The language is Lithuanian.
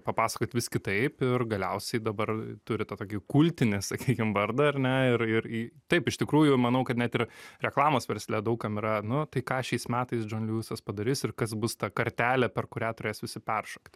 papasakot vis kitaip ir galiausiai dabar turi tą tokį kultinį sakykim vardą ar ne ir ir i taip iš tikrųjų manau kad net ir reklamos versle daug kam yra nu tai ką šiais metais džon liuisas padarys ir kas bus ta kartelė per kurią turės visi peršokti